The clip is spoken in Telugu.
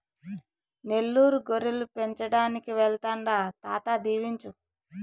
నెల్లూరు గొర్రెలు పెంచడానికి వెళ్తాండా తాత దీవించు